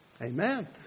Amen